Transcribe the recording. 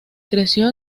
creció